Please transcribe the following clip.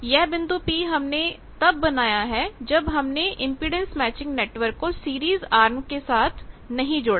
यह बिंदु P हमने तब बनाया है जब हमने इंपेडेंस मैचिंग नेटवर्क को सीरीजआर्म के साथ नहीं जोड़ा